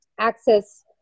access